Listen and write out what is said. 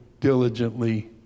diligently